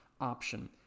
option